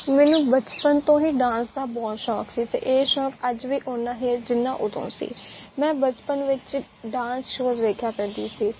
ਮੈਨੂੰ ਬਚਪਨ ਤੋਂ ਹੀ ਡਾਂਸ ਦਾ ਬਹੁਤ ਸ਼ੌਕ ਸੀ ਅਤੇ ਇਹ ਸ਼ੌਕ ਅੱਜ ਵੀ ਉੱਨਾ ਹੀ ਜਿੰਨਾ ਉਦੋਂ ਸੀ ਮੈਂ ਬਚਪਨ ਵਿੱਚ ਡਾਂਸ ਸ਼ੋਜ ਵੇਖਿਆ ਕਰਦੀ ਸੀ